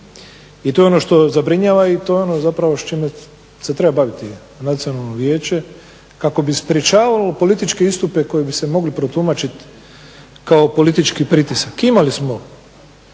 I to je ono što zabrinjava i to je ono zapravo s čime se treba baviti Nacionalno vijeće kako bi sprječavalo političke istupe koji bi se mogli protumačiti kao politički pritisak. Imali smo